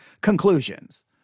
conclusions